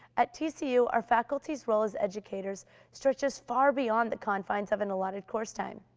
at tcu our faculty's role as educators stretches far beyond the confines of an allotted course time.